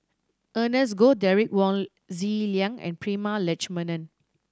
Ernest Goh Derek Wong Zi Liang and Prema Letchumanan